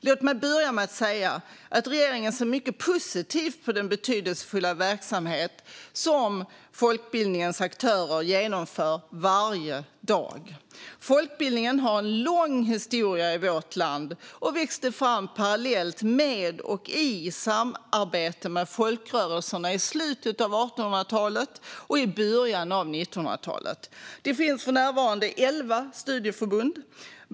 Låt mig börja med att säga att regeringen ser mycket positivt på den betydelsefulla verksamhet som folkbildningens aktörer genomför varje dag. Folkbildningen har en lång historia i vårt land och växte fram parallellt med och i samarbete med folkrörelserna i slutet av 1800 och början av 1900-talet. Det finns för närvarande elva studieförbund.